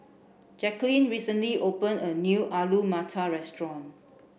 Jacqueline recently opened a new Alu Matar restaurant